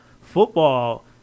Football